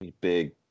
Big